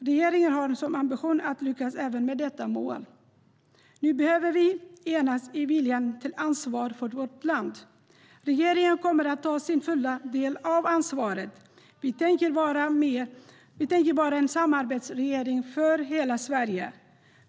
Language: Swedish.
Regeringen har nu som ambition att lyckas även med vårt nya mål. Nu behöver vi enas i viljan till ansvar för vårt land. Regeringen kommer att ta sin fulla del av ansvaret. Vi tänker vara en samarbetsregering för hela Sverige.